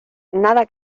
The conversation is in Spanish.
nada